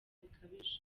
bikabije